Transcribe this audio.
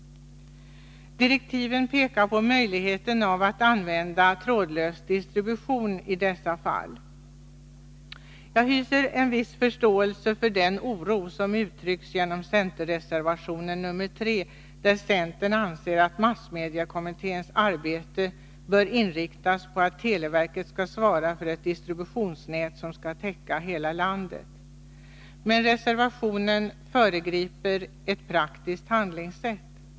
Direktiven pekar på möjligheten ati använda trådlös distribution i dessa fall. Jag hyser viss förståelse för den oro som uttrycks genom centerreservationen nr 3, där centern anser att massmediekommitténs arbete bör inriktas på att televerket skall svara för ett distributionsnät som skall täcka hela landet. Men reservationen föregriper ett praktiskt handlingssätt.